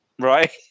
right